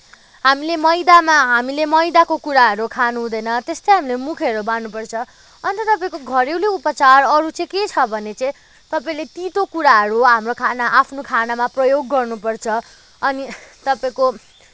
हामीले मैदामा हामीले मैदाको कुराहरू खानु हुँदैन त्यस्तै हामीले मुखहरू बार्नु पर्छ अन्त तपाईँको घरेलु उपचार अरू चाहिँ के छ भने चाहिँ तपाईँले तितो कुराहरू हाम्रो खाना आफ्नो खानामा प्रयोग गर्नुपर्छ अनि तपाईँको